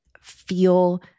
feel